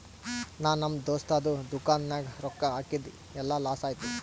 ನಾ ನಮ್ ದೋಸ್ತದು ದುಕಾನ್ ನಾಗ್ ರೊಕ್ಕಾ ಹಾಕಿದ್ ಎಲ್ಲಾ ಲಾಸ್ ಆಯ್ತು